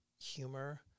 humor